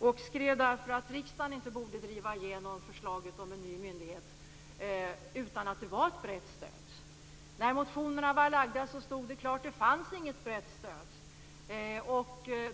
Därför borde man inte driva igenom förslaget om en ny myndighet utan ett brett stöd. När motionerna väckts stod det klart att det inte fanns något brett stöd.